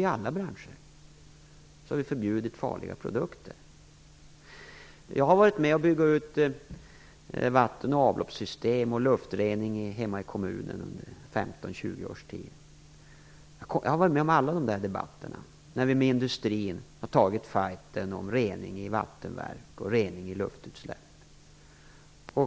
I alla branscher har vi förbjudit farliga produkter. I min hemkommun har man under 15-20 års tid byggt ut vatten och avloppssystem samt luftreningssystem. Jag har varit med om alla dessa debatter, där vi med industrin har tagit fajten om rening i vattenverk och i luftutsläpp. Det